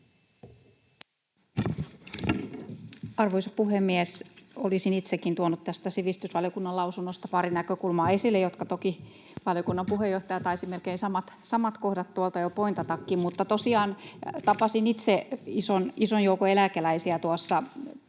Arvoisa puhemies! Olisin itsekin tuonut tästä sivistysvaliokunnan lausunnosta pari näkökulmaa esille — toki valiokunnan puheenjohtaja taisi melkein samat kohdat tuolta jo pointatakin. Tosiaan tapasin itse ison joukon eläkeläisiä tuossa pari